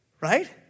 Right